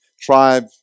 Tribe